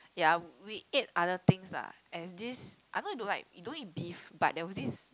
ya we ate other things lah and this I know you don't like you don't eat beef but there was this